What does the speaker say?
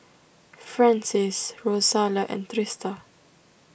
Francies Rosalia and Trista